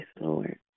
Lord